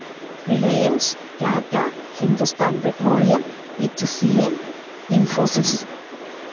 reliance Tata Hindustan petroleum H C N Infosys